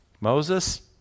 Moses